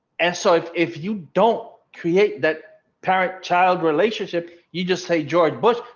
and so if if you don't create that parent child relationship, you just say george bush,